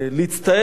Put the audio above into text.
להצטער,